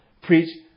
preach